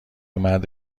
مرد